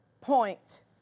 point